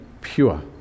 pure